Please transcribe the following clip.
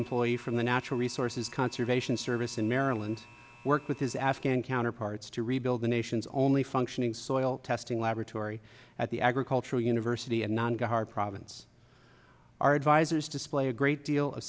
employee from the natural resources conservation service in maryland worked with his afghan counterparts to rebuild the nation's only functioning soil testing laboratory at the agricultural university of non guard province are advisors display a great deal of